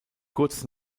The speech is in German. kurz